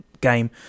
game